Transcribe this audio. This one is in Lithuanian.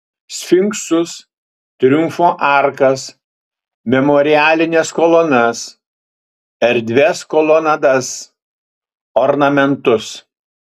sfinksus triumfo arkas memorialines kolonas erdvias kolonadas ornamentus